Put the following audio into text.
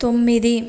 తొమ్మిది